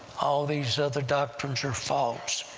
all these other doctrines are false.